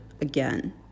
again